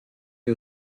que